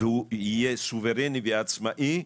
והוא יהיה סוברני ויהיה עצמאי,